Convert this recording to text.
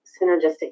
synergistic